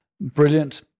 Brilliant